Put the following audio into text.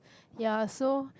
ya so